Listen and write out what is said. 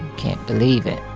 can't believe it.